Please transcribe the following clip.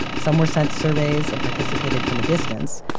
some were sent surveys and participated from a distance,